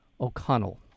O'Connell